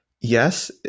yes